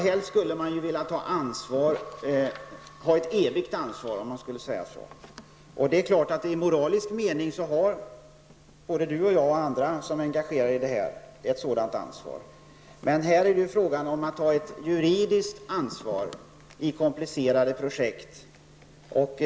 Helst skulle man ju vilja ha ett så att säga evigt ansvar. I moralisk mening har såväl Jan Strömdahl som jag och andra som är engagerade på de här området ett sådant ansvar. Här är det fråga om att ta ett juridiskt ansvar vid komplicerade projekt.